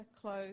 clothes